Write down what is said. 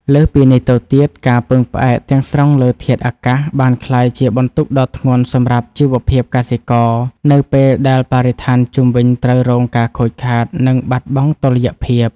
លើសពីនេះទៅទៀត ការពឹងផ្អែកទាំងស្រុងលើធាតុអាកាស បានក្លាយជាបន្ទុកដ៏ធ្ងន់សម្រាប់ជីវភាពកសិករ នៅពេលដែលបរិស្ថានជុំវិញត្រូវរងការខូចខាត និងបាត់បង់តុល្យភាព។